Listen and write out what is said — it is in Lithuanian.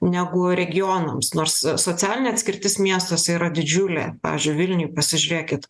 negu regionams nors socialinė atskirtis miestuose yra didžiulė pavyzdžiui vilniuj pasižiūrėkit